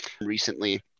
recently